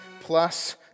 plus